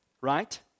Right